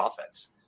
offense